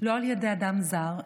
לא על ידי אדם זר,